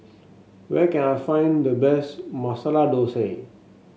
where can I find the best Masala Dosa